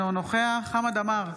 אינו נוכח חמד עמאר,